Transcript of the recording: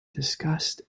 discussed